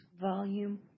Volume